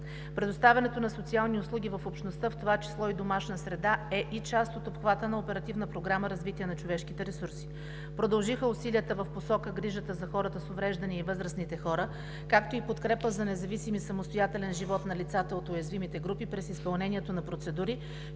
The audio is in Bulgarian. Предоставянето на социални услуги в общността, в това число и в домашна среда, е и част от обхвата на Оперативна програма „Развитие на човешките ресурси“. Продължиха усилията в посока грижа за хората с увреждания и възрастните хора, както и подкрепа за независим и самостоятелен живот на лицата от уязвимите групи през изпълнението на процедури